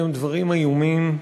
אלה הם דברים איומים,